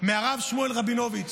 מהרב שמואל רבינוביץ',